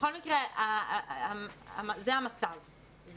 בכל מקרה זה המצב.